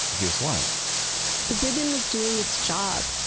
here's why the ribbon was doing its job.